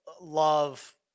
love